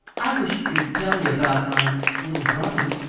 i wish't you'd tell me about my little brothers.